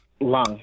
Lung